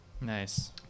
Nice